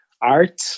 art